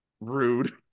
rude